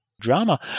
drama